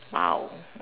!wow!